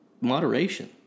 moderation